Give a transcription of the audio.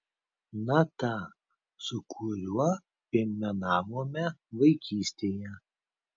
na tą su kuriuo piemenavome vaikystėje